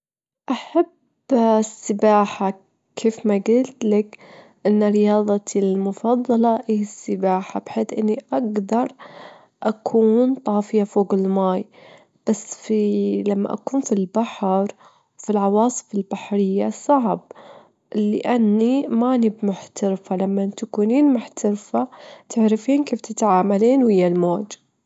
في أحد الأيام، كان هناك أميرة لجت خريطة غامضة في مكتبة قصرها اللي تعيش فيه، الخريطة كانت جديمة مرة، مع مرور الأيام ها البنية الأميرة اكتشفت إنها تفتح باب لعالم آخر، ومشيت في مغامرة كلها تحديا ت وعجائب عشان تكتشف سر هادة العالم.